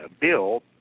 Bill